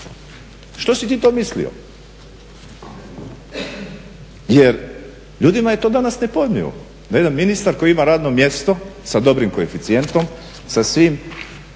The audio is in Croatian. što si ti to mislio? Jer ljudima je to danas nepojmljivo da jedan ministar koji ima radno mjesto sa dobrim koeficijentom, sa svim